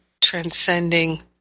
transcending